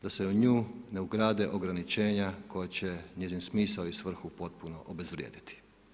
Da se u nju ne ugrade ograničenja, koja će njenu smisao i svrhu potpuno obezvrijediti.